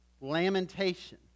lamentation